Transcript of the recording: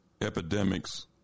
epidemics